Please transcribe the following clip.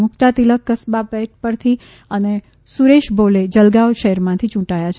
મુકતા તિલક કસ્બા પેઠ પરથી અને સુરેશ ભોલે જલગાવ શહેર માથી યૂંટાયા છે